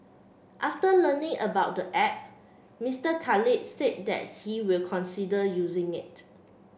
after learning about the app Mister Khalid said that he will consider using it